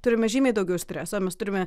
turime žymiai daugiau streso mes turime